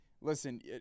listen